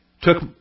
took